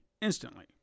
instantly